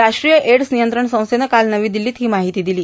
राष्ट्रीय एड्स नियंत्रण संस्थेनं काल नवी दिल्लीत ही माहिती दिली